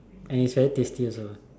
and it's very tasty also